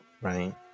right